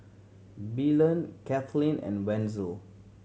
Belen Kathleen and Wenzel